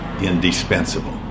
indispensable